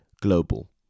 global